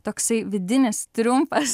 toksai vidinis triumfas